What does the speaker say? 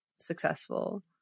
successful